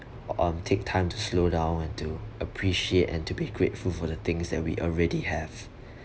um take time to slowdown and to appreciate and to be grateful for the things that we already have